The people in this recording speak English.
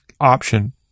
option